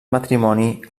matrimoni